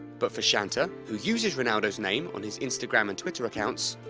but, for shanta, who uses ronaldo's name on his instagram and twitter accounts,